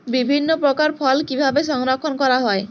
বিভিন্ন প্রকার ফল কিভাবে সংরক্ষণ করা হয়?